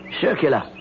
Circular